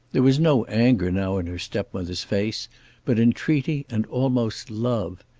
there was no anger now in her stepmother's face but entreaty and almost love.